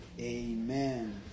Amen